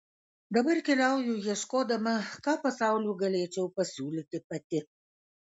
dabar keliauju ieškodama ką pasauliui galėčiau pasiūlyti pati